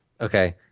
Okay